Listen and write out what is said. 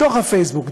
מתוך הפייסבוק,